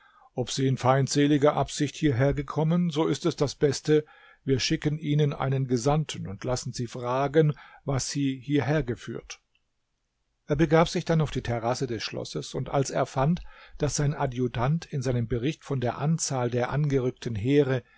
ob sie in feindseliger absicht hierher kommen so ist das beste wir schicken ihnen einen gesandten und lassen sie fragen was sie hierher geführt er begab sich dann auf die terrasse des schlosses und als er fand daß sein adjutant in seinem bericht von der anzahl der angerückten heere